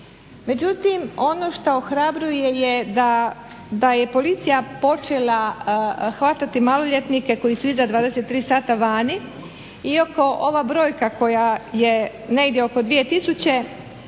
Međutim, ono šta ohrabruje je da je policija počela hvatati maloljetnike koji su iz 23 sata vani iako ova brojka koja je negdje oko 2000